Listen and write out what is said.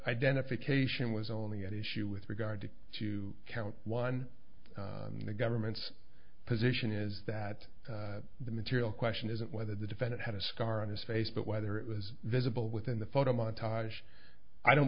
identification was only at issue with regard to count one the government's position is that the material question isn't whether the defendant had a scar on his face but whether it was visible within the photo montage i don't